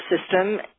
system